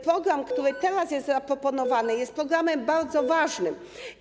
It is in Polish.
Program, który teraz jest zaproponowany, jest programem bardzo ważnym.